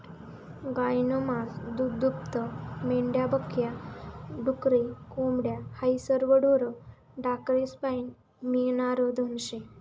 गायनं मास, दूधदूभतं, मेंढ्या बक या, डुकरे, कोंबड्या हायी सरवं ढोरे ढाकरेस्पाईन मियनारं धन शे